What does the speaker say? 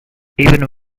even